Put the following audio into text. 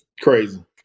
crazy